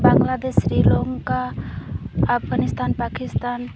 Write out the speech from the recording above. Bangladesh Sri Lanka Afghanistan Pakistan